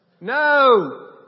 No